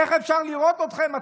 איך אפשר לראות אתכם?